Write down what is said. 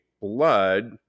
blood